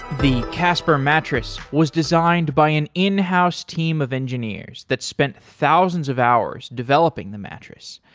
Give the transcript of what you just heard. the casper mattress was designed by an in-house team of engineers that spent thousands of hours developing the mattress,